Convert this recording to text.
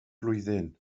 blwyddyn